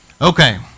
Okay